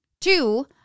Two